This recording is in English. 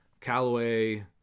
Callaway